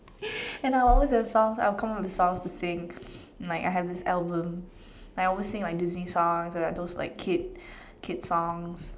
and I will always have songs I will come up with songs to sing like I have this album like I always sing like Disney songs or like those like kid kid songs